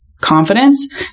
confidence